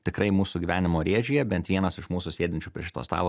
tikrai mūsų gyvenimo rėžyje bent vienas iš mūsų sėdinčių prie šito stalo